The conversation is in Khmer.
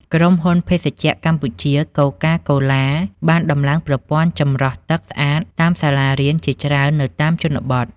ក្រុមហ៊ុន ភេសជ្ជៈកម្ពុជា កូកាកូឡា (Coca-Cola) បានដំឡើងប្រព័ន្ធចម្រោះទឹកស្អាតតាមសាលារៀនជាច្រើននៅតាមជនបទ។